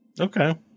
Okay